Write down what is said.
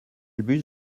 bus